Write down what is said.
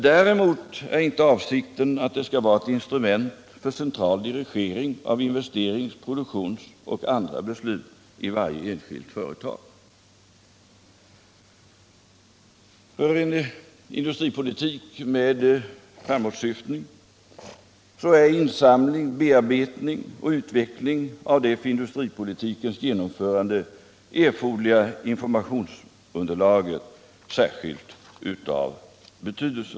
Däremot är inte avsikten att det skall vara ett instrument för central dirigering av investerings-, produktionsoch andra beslut i varje enskilt företag.” För en industripolitik med framåtsyftning är insamling, bearbetning och utveckling av det för industripolitikens genomförande erforderliga informationsunderlaget av särskild betydelse.